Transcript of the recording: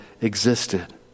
existed